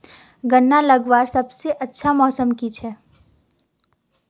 गन्ना लगवार सबसे अच्छा मौसम की छे?